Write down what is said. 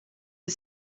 für